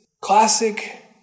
classic